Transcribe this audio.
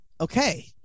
Okay